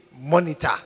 monitor